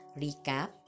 recap